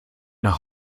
nach